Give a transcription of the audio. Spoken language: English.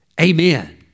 amen